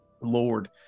lord